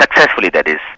successfully that is.